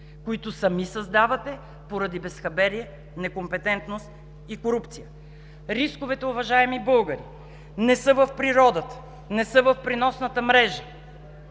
които сами създавате поради безхаберие, некомпетентност и корупция. Рисковете, уважаеми българи, не са в природата, не са в преносната мрежа